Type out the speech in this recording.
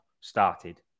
started